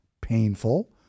painful